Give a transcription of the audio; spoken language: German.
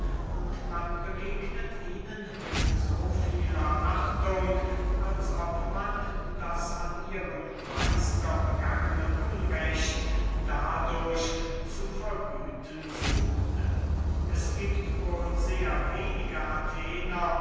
und man begegnet ihnen mit so vieler achtung als ob man das an ihrem meister begangene unrecht dadurch zu vergüten suchte es giebt wohl sehr wenige athener